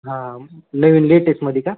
हां नवीन लेटेस्टमध्ये का